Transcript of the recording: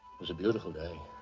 was a beautiful day,